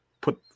put